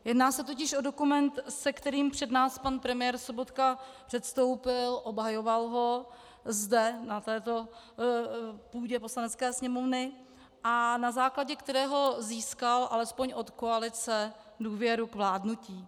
Jedná se totiž o dokument, se kterým před nás pan premiér Sobotka předstoupil, obhajoval ho zde, na této půdě Poslanecké sněmovny, a na základě kterého získal alespoň od koalice důvěru k vládnutí.